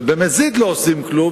ובמזיד לא עושים כלום,